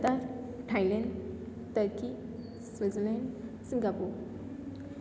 Qatar Thailand turkey Switzerland Singapore